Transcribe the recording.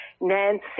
Nancy